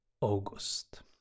august